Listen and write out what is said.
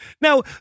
Now